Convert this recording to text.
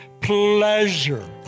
pleasure